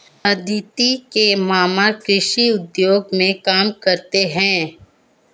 अदिति के मामा कृषि उद्योग में काम करते हैं